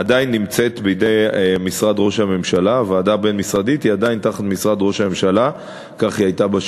עדיין נמצאות בידי משרד ראש הממשלה; כך היה בשנים האחרונות,